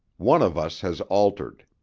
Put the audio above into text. one of us has altered.